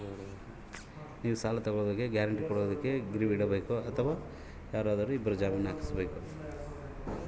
ನಾನು ಸಾಲ ತಗೋಬೇಕಾದರೆ ಗ್ಯಾರಂಟಿ ಕೊಡೋಕೆ ಏನಾದ್ರೂ ಗಿರಿವಿ ಇಡಬೇಕಾ?